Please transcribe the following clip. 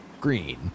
green